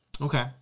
Okay